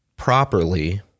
properly